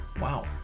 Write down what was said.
Wow